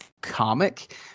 comic